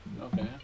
Okay